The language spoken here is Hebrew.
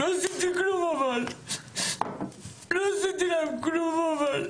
לא עשיתי כלום אבל, לא עשיתי להם כלום אבל.